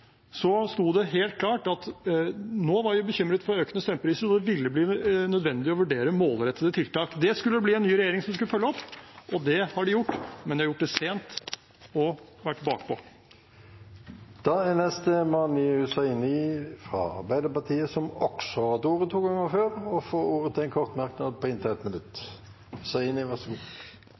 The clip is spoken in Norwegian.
sto det helt klart at nå var vi bekymret for økende strømpriser, og at det ville bli nødvendig å vurdere målrettede tiltak. Det skulle det bli en ny regjering som skulle følge opp. Det har de gjort, men de har gjort det sent og vært bakpå. Representanten Mani Hussaini har hatt ordet to ganger tidligere og får ordet til en kort merknad, begrenset til 1 minutt.